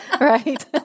Right